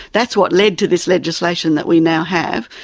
that's what led to this legislation that we now have,